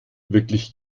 wirklich